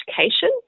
education